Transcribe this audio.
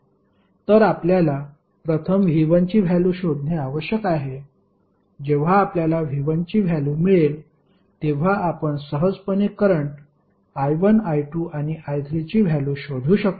तर आपल्याला प्रथम V1 ची व्हॅल्यु शोधणे आवश्यक आहे जेव्हा आपल्याला V1 ची व्हॅल्यु मिळेल तेव्हा आपण सहजपणे करंट I1 I2 आणि I3 ची व्हॅल्यु शोधू शकतो